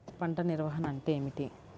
పంట నిర్వాహణ అంటే ఏమిటి?